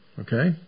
Okay